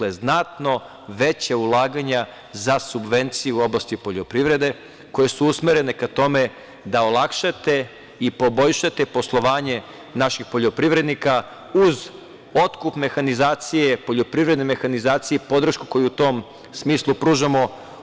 To je znato veća ulaganja za subvencije u oblasti poljoprivrede koje su usmerene ka tome da olakšate i poboljšate poslovanje naših poljoprivrednika uz otkup mehanizacije, poljoprivredne mehanizacije i podršku koju u tom smislu pružamo.